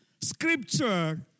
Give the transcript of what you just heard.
scripture